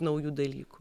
naujų dalykų